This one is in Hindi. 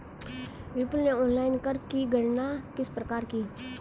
विपुल ने ऑनलाइन कर की गणना किस प्रकार की?